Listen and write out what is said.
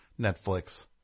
Netflix